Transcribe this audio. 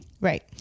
Right